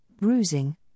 bruising